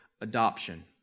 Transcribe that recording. adoption